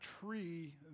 tree